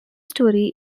story